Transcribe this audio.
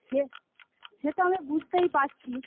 সে সে তো আমি বুঝতেই পারছি